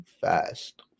fast